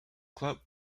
club